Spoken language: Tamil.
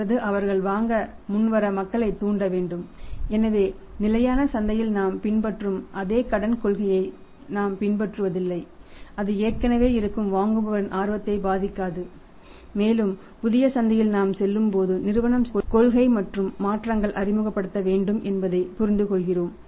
அல்லது அவர்கள் வாங்க முன்வர மக்களைத் தூண்ட வேண்டும் எனவே நிலையான சந்தையில் நாம் பின்பற்றும் அதே கடன் கொள்கையை நாம் பின்பற்றுவதில்லை அது ஏற்கனவே இருக்கும் வாங்குபவரின் ஆர்வத்தை பாதிக்காது மேலும் புதிய சந்தையில் நாம் செல்லும்போது நிறுவனம் சில கொள்கை மற்றும் மாற்றங்கள் அறிமுகப்படுத்த வேண்டும் என்பதை புரிந்துகொள்கிறோம்